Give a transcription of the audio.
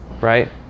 right